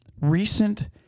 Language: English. recent